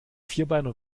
vierbeiner